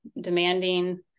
demanding